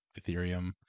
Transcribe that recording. Ethereum